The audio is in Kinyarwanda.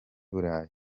burayi